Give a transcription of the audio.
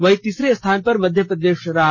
वहीं तीसरे स्थान पर मध्य प्रदेश रहा